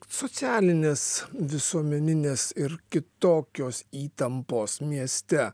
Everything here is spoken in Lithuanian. socialinės visuomeninės ir kitokios įtampos mieste